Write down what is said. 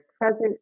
present